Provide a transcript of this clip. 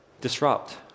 disrupt